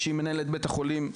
שהיא מנהלת בית החולים,